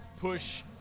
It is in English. push